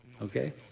Okay